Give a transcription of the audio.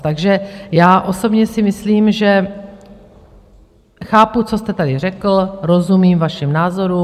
Takže já osobně si myslím, že chápu, co jste tady řekl, rozumím vašim názorům.